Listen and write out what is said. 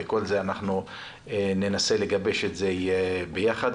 אנחנו ננסה לגבש את זה ביחד.